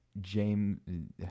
James